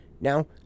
Now